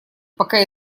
пока